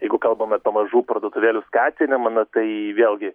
jeigu kalbam apie mažų parduotuvėlių skatinimą na tai vėlgi